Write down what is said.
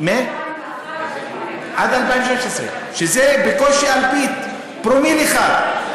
עד 2016, שזה בקושי אלפית, פרומיל אחד.